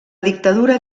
dictadura